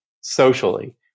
socially